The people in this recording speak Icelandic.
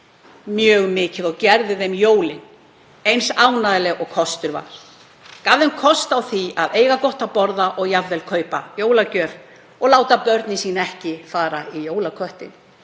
mjög mikið og gerði þeim jólin eins ánægjuleg og kostur var, gaf þeim kost á því að eiga gott að borða og jafnvel kaupa jólagjöf og láta börnin sín ekki fara í jólaköttinn.